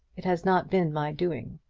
it has not been my doing.